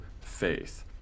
faith